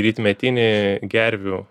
rytmetinį gervių